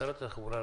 שר התחבורה,